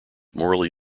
morally